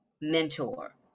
mentor